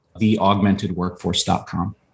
TheAugmentedWorkforce.com